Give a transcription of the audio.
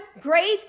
great